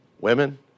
Women